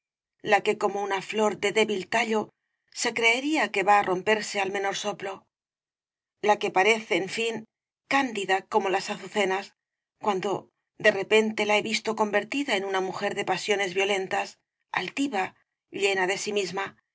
la que como una flor de débil tallo se creería que va á romperse al menor soplo la que parece en fin candida como las azucenas cuando de repente la he visto convertida en una mujer de pasiones violentas altiva llena de sí misma